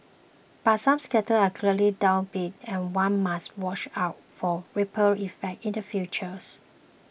but some sectors are clearly downbeat and one must watch out for ripple effects in the futures